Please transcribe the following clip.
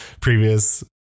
previous